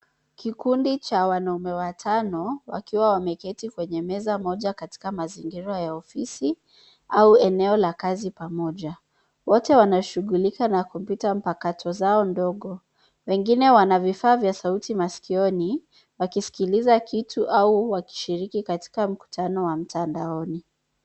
Kikundi cha wanaume watano wakiwa wameketi kwenye meza moja katika mazingira ya ofisi au eneo la kazi pamoja. Wote wanashugulika na kompyuta mpakato zao ndogo. Wengine wana vifaa za sauti maskioni wakisikiliza kitu au wakishiriki katika mkutando wa mtandaoni.